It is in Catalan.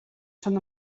són